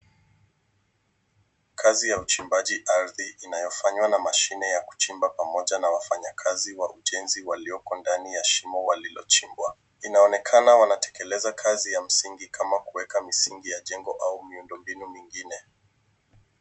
Kazi ya uchimbaji ardhi inayofanywa na mashine ya kuchimba pamoja na wafanyakazi wa ujenzi walioko ndani ya shimo walilochimbwa. Inaonekana wanatekeleza kazi ya msingi kama kuweka misingi ya jengo au miundombinu mingine.